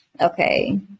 Okay